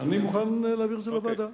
אני מוכן להעביר את זה לוועדה.